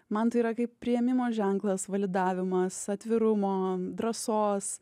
man tai yra kaip priėmimo ženklas validavimas atvirumo drąsos